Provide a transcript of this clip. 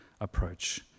approach